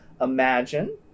Imagine